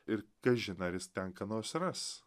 ir kažin ar jis ten ką nors ras